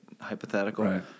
hypothetical